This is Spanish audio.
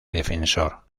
defensor